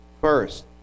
first